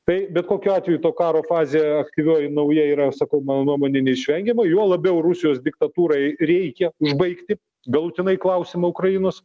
tai bet kokiu atveju to karo fazė aktyvioji nauja yra sakau mano nuomone neišvengiama juo labiau rusijos diktatūrai reikia užbaigti galutinai klausimą ukrainos